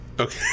Okay